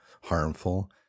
harmful